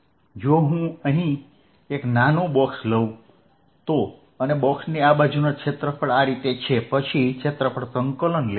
જો હું અહીં એક નાનુ બોક્સ લઉં તો અને બોક્સની આ બાજુનો ક્ષેત્રફળ આ રીતે છે પછી ક્ષેત્રફળ સંકલન લેશું